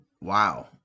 Wow